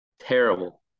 terrible